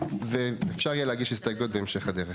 ואפשר יהיה להגיש הסתייגויות בהמשך הדרך.